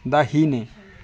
दाहिने